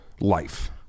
life